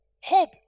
hope